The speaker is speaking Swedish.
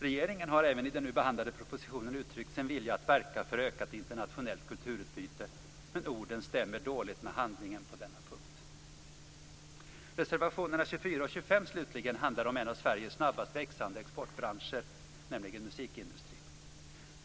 Regeringen har även i den nu behandlade propositionen uttryckt sin vilja att verka för ökat internationellt kulturutbyte, men orden stämmer dåligt med handlingen på denna punkt. Reservationerna 24 och 25 handlar om en av Sveriges snabbast växande exportbranscher, nämligen musikindustrin.